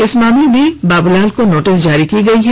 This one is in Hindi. इस मामले में बाबूलाल को नोटिस जारी किया गया है